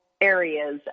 areas